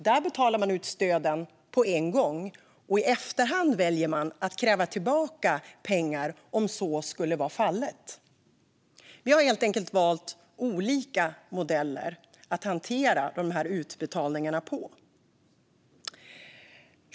Där betalar man ut stöden på en gång och väljer att kräva tillbaka pengar i efterhand om så skulle vara fallet. Vi har helt enkelt valt olika modeller för att hantera utbetalningarna.